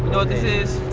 this is?